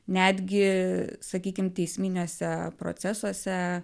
netgi sakykim teisminiuose procesuose